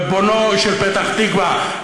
ריבונה של פתח תקווה,